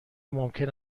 ممکن